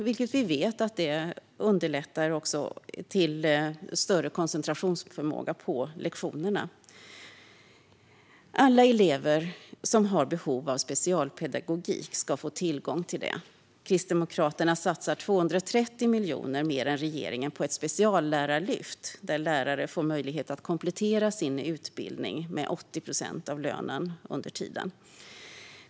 Vi vet att det leder till större koncentrationsförmåga på lektionerna. Alla elever som har behov av specialpedagogik ska få tillgång till det. Kristdemokraterna satsar 230 miljoner mer än regeringen på ett speciallärarlyft, där lärare får möjlighet att komplettera sin utbildning med 80 procent av lönen under tiden.